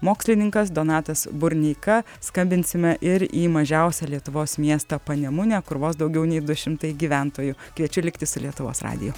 mokslininkas donatas burneika skambinsime ir į mažiausią lietuvos miestą panemunę kur vos daugiau nei du šimtai gyventojų kviečiu likti su lietuvos radiju